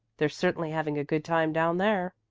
they're certainly having a good time down there.